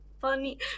funny